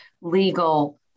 legal